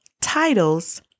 titles